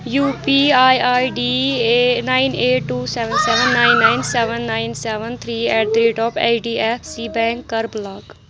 U P I I D A nine eight two seven seven nine nine seven nine seven three eight the rate of H D F C bank کَر block